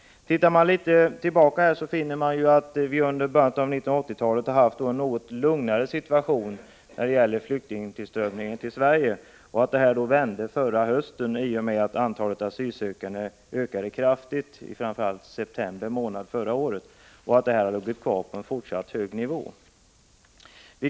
Om man gör en liten återblick, finner man att vi i början av 1980-talet hade en något lugnare situation när det gäller tillströmningen av flyktingar till Sverige och att det blev en vändning förra hösten i och med att antalet asylsökande ökade kraftigt. Det gäller framför allt för september månad. Sedan dess har vi legat kvar på en hög nivå.